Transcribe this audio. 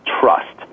trust